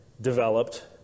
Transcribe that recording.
developed